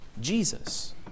Jesus